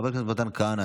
חבר הכנסת מתן כהנא,